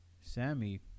Sammy